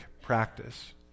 practice